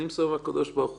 אני מסודר עם הקב"ה.